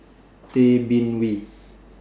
Tay Bin Wee